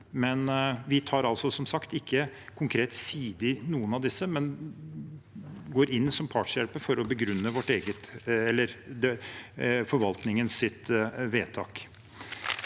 Vi tar som sagt ikke konkret side i noen av disse, men går inn som partshjelper for å begrunne forvaltningens vedtak.